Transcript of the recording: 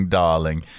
darling